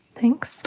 Thanks